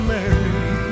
Mary